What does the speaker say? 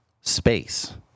space